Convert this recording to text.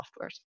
softwares